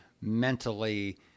mentally